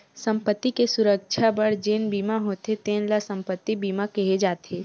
संपत्ति के सुरक्छा बर जेन बीमा होथे तेन ल संपत्ति बीमा केहे जाथे